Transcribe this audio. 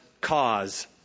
cause